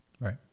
Right